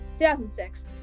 2006